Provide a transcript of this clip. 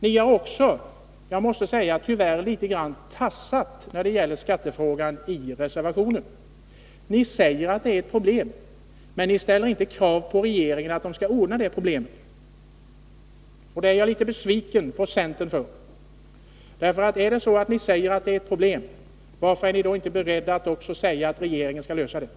Ni har— jag måste säga tyvärr — i reservationen litet grand ”tassat” när det gäller skattefrågan. Ni säger att det är ett problem, men ni ställer inte något krav på regeringen att den skall lösa problemet. Därför är jag litet besviken på centern. Säger ni att det är ett problem måste man fråga sig, varför ni inte är beredda att också säga att regeringen bör lösa problemet.